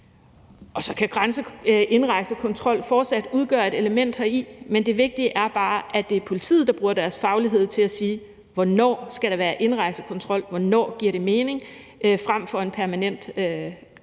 Så kan indrejsekontrol fortsat udgøre et element heri, men det vigtige er bare, at det er politiet, der bruger deres faglighed til at sige, hvornår der skal være indrejsekontrol, hvornår det giver mening, frem for at der er